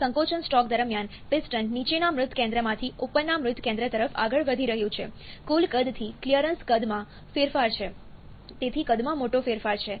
સંકોચનસ્ટ્રોક દરમિયાન પિસ્ટન નીચેના મૃત કેન્દ્રમાંથી ઉપરના મૃત કેન્દ્ર તરફ આગળ વધી રહ્યું છે કુલ કદથી ક્લિયરન્સ કદમાં કદમાં ફેરફાર છે તેથી કદમાં મોટો ફેરફાર છે